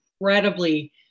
incredibly